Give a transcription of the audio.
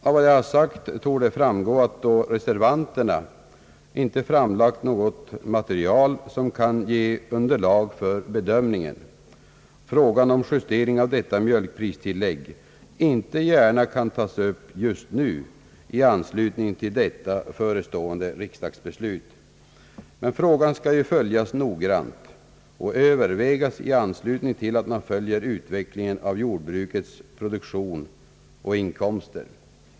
Av det sagda torde framgå, att då reservanterna inte framlagt något material, som kan ge underlag för bedömningen, kan frågan om justering av detta mjölkpristillägg inte gärna tas upp just nu i anslutning till detta förestående riksdagsbeslut. Men frågan skall ju följas noggrant och övervägas i anslutning till att man följer utvecklingen av jordbrukets produktion och inkomster.